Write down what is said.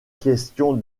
question